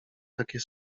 takie